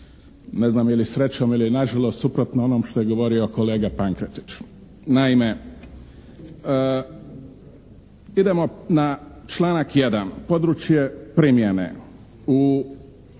ne znam srećom ili nažalost suprotno onom što je govorio kolega Pankretić. Naime, idemo na članak 1., područje primjene.